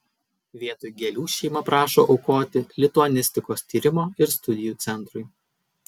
vietoj gėlių šeima prašo aukoti lituanistikos tyrimo ir studijų centrui